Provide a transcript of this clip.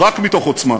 רק מתוך עוצמה.